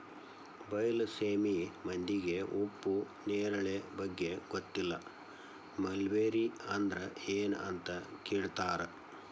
ಬೈಲಸೇಮಿ ಮಂದಿಗೆ ಉಪ್ಪು ನೇರಳೆ ಬಗ್ಗೆ ಗೊತ್ತಿಲ್ಲ ಮಲ್ಬೆರಿ ಅಂದ್ರ ಎನ್ ಅಂತ ಕೇಳತಾರ